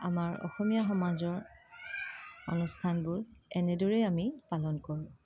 আমাৰ অসমীয়া সমাজৰ অনুষ্ঠানবোৰ এনেদৰেই আমি পালন কৰোঁ